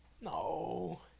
No